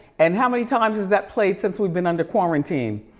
and how many times has that played since we've been under quarantine?